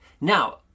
Now